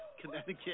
Connecticut